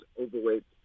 overweight